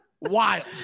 Wild